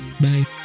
bye